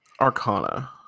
Arcana